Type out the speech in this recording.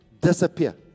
disappear